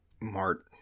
Mart